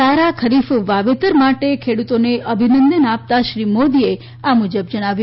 સારા ખરીફ વાવેતર માટે ખેડુતોને અભિનંદન આપતાં શ્રી મોદીએ આ મુજબ જણાવ્યું